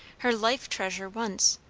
her life-treasure once,